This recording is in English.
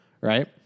right